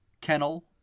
kennel